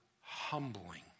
humbling